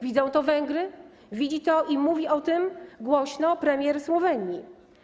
Widzą to Węgry, widzi to i mówi o tym głośno premier Słowenii.